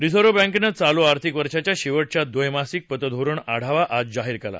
reserve बँकेनं चालू आर्थिक वर्षाच्या शेवटच्या द्वैमासिक पतधोरण आढावा आज जाहीर केला